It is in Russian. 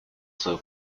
свою